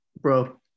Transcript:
Bro